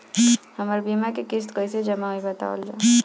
हमर बीमा के किस्त कइसे जमा होई बतावल जाओ?